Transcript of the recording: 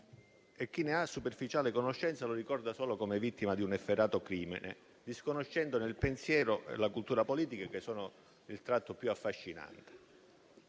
e chi ne ha una superficiale conoscenza lo ricorda solo come vittima di un efferato crimine, disconoscendone il pensiero e la cultura politica, che sono il tratto più affascinante.